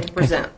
to present